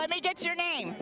let me get your name